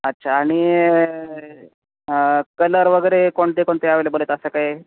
अच्छा आणि कलर वगैरे कोणते कोणते आवेलेबल आहेत असं काय